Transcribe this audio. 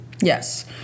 Yes